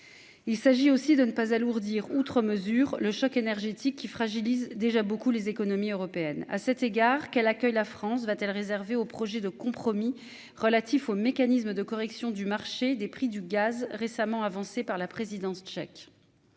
Il s'agit aussi de ne pas alourdir outre mesure le choc énergétique qui fragilise déjà beaucoup les économies européennes à cet égard qu'elle accueille. La France va-t-elle réservé au projet de compromis relatifs au mécanisme de correction du marché des prix du gaz récemment avancée par la présidence tchèque.